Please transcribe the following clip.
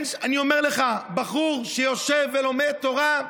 אני אומר לך, בחור שיושב ולומד תורה,